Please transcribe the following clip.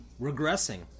regressing